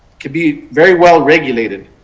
to be very well regulated.